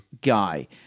guy